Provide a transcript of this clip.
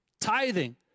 Tithing